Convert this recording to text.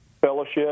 fellowship